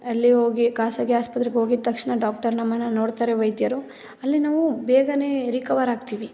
ಅಲ್ಲಿ ಹೋಗಿ ಖಾಸಗಿ ಆಸ್ಪತ್ರೆಗೆ ಹೋಗಿದ್ದ ತಕ್ಷಣ ಡಾಕ್ಟರ್ ನಮ್ಮನ್ನು ನೋಡ್ತಾರೆ ವೈದ್ಯರು ಅಲ್ಲಿ ನಾವು ಬೇಗನೆ ರಿಕವರ್ ಆಗ್ತೀವಿ